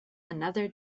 another